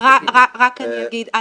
רק אני אגיד,